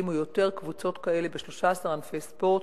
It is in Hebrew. יקימו יותר קבוצות כאלה ב-13 ענפי ספורט,